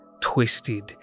twisted